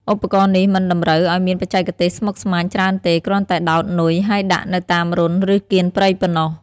ឧបករណ៍នេះមិនតម្រូវឲ្យមានបច្ចេកទេសស្មុគស្មាញច្រើនទេ គ្រាន់តែដោតនុយហើយដាក់នៅតាមរន្ធឬកៀនព្រៃប៉ុណ្ណោះ។